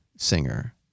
Singer